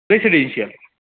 residential